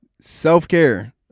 self-care